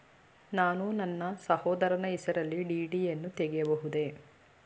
ನಾನು ನನ್ನ ಸಹೋದರನ ಹೆಸರಿನಲ್ಲಿ ಡಿ.ಡಿ ಯನ್ನು ತೆಗೆಯಬಹುದೇ?